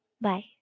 bye